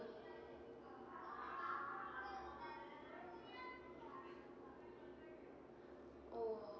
orh